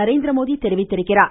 நரேந்திரமோடி தெரிவித்துள்ளார்